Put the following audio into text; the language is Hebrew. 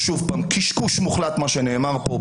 שוב פעם, קשקוש מוחלט מה שנאמר פה.